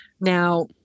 Now